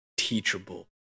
Teachable